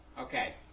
okay